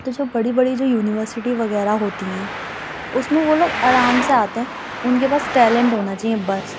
تو جو بڑی بڑی جو یونیورسٹی وغیرہ ہوتی ہیں اُس میں وہ لوگ آرام سے آتے ہیں اُن كے پاس ٹیلینٹ ہونا چاہیے بس